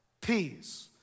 peace